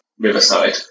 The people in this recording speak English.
Riverside